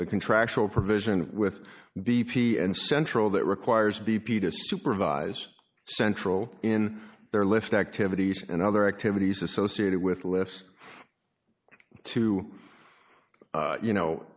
the contractual provision with b p and central that requires b p to supervise central in their lift activities and other activities associated with list too you know